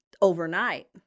overnight